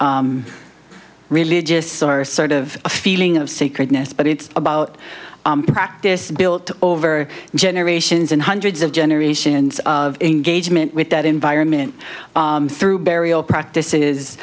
religious or sort of a feeling of sacredness but it's about practice built over generations and hundreds of generations of engagement with that environment through burial practices